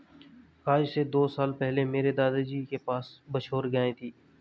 आज से दो साल पहले मेरे दादाजी के पास बछौर गाय थी